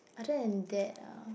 other than that ah